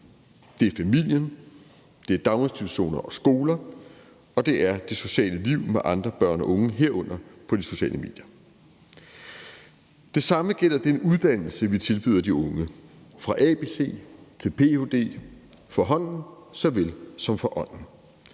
Det er familien, det er daginstitutioner og skoler, og det er det sociale liv med andre børn og unge, herunder på de sociale medier. Det samme gælder den uddannelse, vi tilbyder de unge – fra abc til ph.d., for hånden såvel som for ånden.